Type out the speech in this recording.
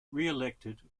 reelected